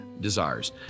desires